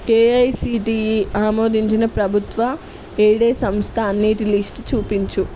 AICTE ఆమోదించిన ప్రబుత్వ aided సంస్థ అన్నింటి లిస్ట్ చూపించుము